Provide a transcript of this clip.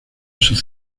sus